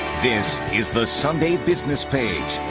this is the sunday business page.